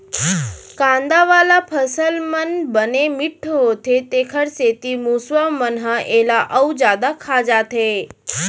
कांदा वाला फसल मन बने मिठ्ठ होथे तेखर सेती मूसवा मन ह एला अउ जादा खा जाथे